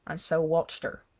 and so watched her.